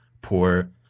poor